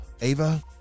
Ava